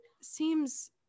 seems